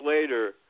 later